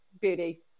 beauty